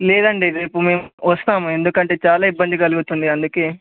లేదండి రేపు మేము వస్తాము ఎందుకంటే చాలా ఇబ్బంది కలుగుతుంది అందుకే